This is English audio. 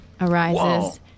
arises